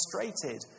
frustrated